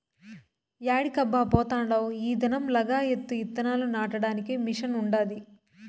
యాడికబ్బా పోతాండావ్ ఈ దినం లగాయత్తు ఇత్తనాలు నాటడానికి మిషన్ ఉండాది